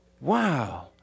wow